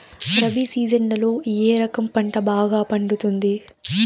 రబి సీజన్లలో ఏ రకం పంట బాగా పండుతుంది